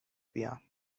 بیام